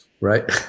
right